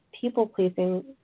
people-pleasing